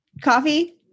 coffee